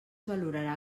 valorarà